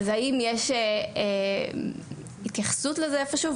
האם יש התייחסות לזה איפה שהוא?